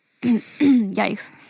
Yikes